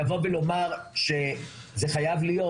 לבוא ולומר שזה חייב להיות,